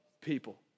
people